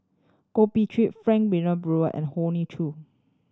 Goh Bin Qiu Frank Wilmin Brewer and Hoey Choo